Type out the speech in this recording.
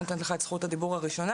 אני נותנת לך את זכות הדיבור הראשונה,